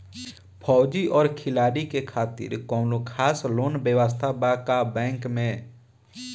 फौजी और खिलाड़ी के खातिर कौनो खास लोन व्यवस्था बा का बैंक में?